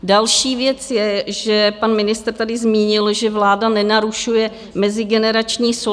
Další věc je, že pan ministr tady zmínil, že vláda nenarušuje mezigenerační solidaritu.